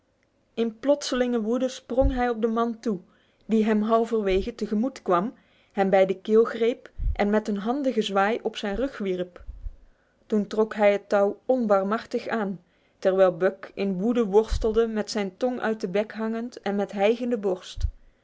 in plotselinge woede sprong hij op den man toe die hem halverwege tegemoet kwam hem bij de keel greep en met een handige zwaai op zijn rug wierp toen trok hij het touw onbarmhartig aan terwijl buck in woede worstelde met zijn tong uit de bek hangend en met hijgende borst